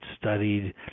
studied